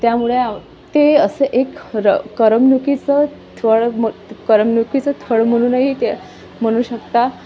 त्यामुळे ते असं एक खरं करमणूकीचं थळ मन करमणूकीचं थळ म्हणूनही ते म्हणू शकता